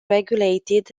regulated